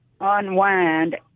unwind